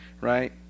right